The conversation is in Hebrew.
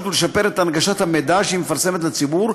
ולשפר את הנגשת המידע שהיא מפרסמת לציבור,